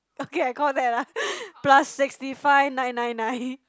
okay I'll call that lah plus sixty five nine nine nine